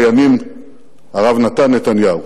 לימים הרב נתן נתניהו.